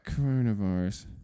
coronavirus